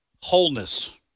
wholeness